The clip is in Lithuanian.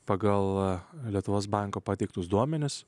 pagal lietuvos banko pateiktus duomenis